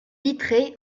vitrée